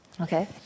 Okay